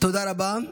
תודה רבה.